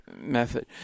method